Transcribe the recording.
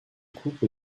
couple